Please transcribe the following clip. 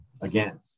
again